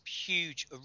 huge